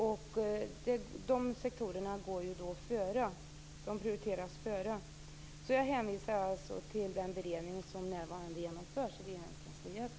Dessa sektorer prioriteras då i första hand. Så jag hänvisar alltså till den beredning som för närvarande pågår inom Regeringskansliet.